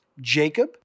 Jacob